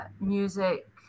music